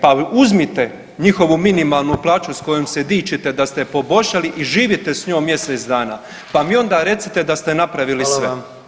Pa uzmite njihovu minimalnu plaću s kojom se dičite da ste poboljšali i živite s njom mjesec dana pa mi onda recite da ste napravili sve.